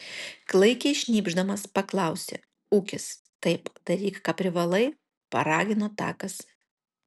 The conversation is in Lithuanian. klaikiai šnypšdamas paklausė ūkis taip daryk ką privalai paragino takas